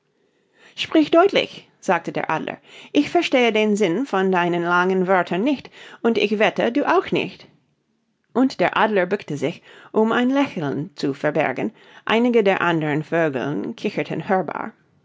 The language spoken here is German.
sprich deutlich sagte der adler ich verstehe den sinn von deinen langen wörtern nicht und ich wette du auch nicht und der adler bückte sich um ein lächeln zu verbergen einige der andern vögel kicherten hörbar